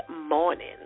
morning